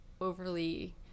overly